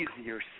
easier